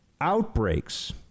outbreaks